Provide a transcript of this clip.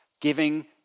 giving